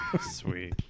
Sweet